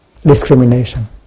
discrimination